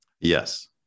Yes